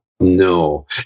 No